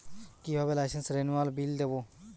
কিভাবে লাইসেন্স রেনুয়ালের বিল দেবো?